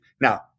Now